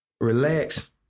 relax